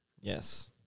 Yes